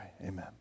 Amen